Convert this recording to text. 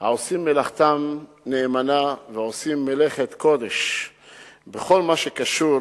העושים מלאכתם נאמנה ועושים מלאכת קודש בכל מה שקשור